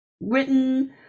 written